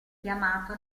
chiamato